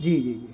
جی جی جی